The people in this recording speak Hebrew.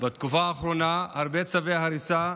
בתקופה האחרונה הרבה צווי הריסה.